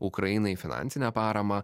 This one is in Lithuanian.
ukrainai finansinę paramą